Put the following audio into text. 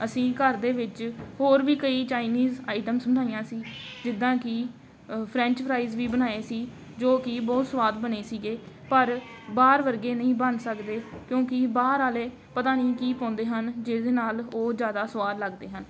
ਅਸੀਂ ਘਰ ਦੇ ਵਿੱਚ ਹੋਰ ਵੀ ਕਈ ਚਾਈਨੀਜ਼ ਆਈਟਮਸ ਬਣਾਈਆਂ ਸੀ ਜਿੱਦਾਂ ਕਿ ਫਰੈਂਚ ਫ੍ਰਾਈਜ਼ ਵੀ ਬਣਾਏ ਸੀ ਜੋ ਕਿ ਬਹੁਤ ਸਵਾਦ ਬਣੇ ਸੀਗੇ ਪਰ ਬਾਹਰ ਵਰਗੇ ਨਹੀਂ ਬਣ ਸਕਦੇ ਕਿਉਂਕਿ ਬਾਹਰ ਵਾਲੇ ਪਤਾ ਨਹੀਂ ਕੀ ਪਾਉਂਦੇ ਹਨ ਜਿਹਦੇ ਨਾਲ ਉਹ ਜ਼ਿਆਦਾ ਸਵਾਦ ਲੱਗਦੇ ਹਨ